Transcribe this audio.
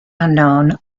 unknown